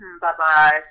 bye-bye